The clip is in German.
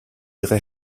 ihre